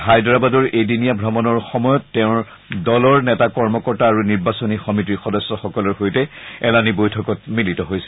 হায়দৰাবাদৰ এদিনীয়া ভ্ৰমণৰ সময়ত তেওঁ দলৰ নেতা কৰ্মকৰ্তা আৰু নিৰ্বাচনী সমিতিৰ সদস্যসকলৰ সৈতে এলানি বৈঠকত মিলিত হৈছিল